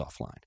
offline